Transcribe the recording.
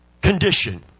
condition